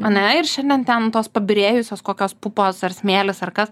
ane ir šiandien ten tos pabyrėjusios kokios pupos ar smėlis ar kas